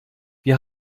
wir